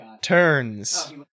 turns